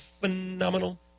phenomenal